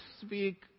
speak